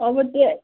अब त्यो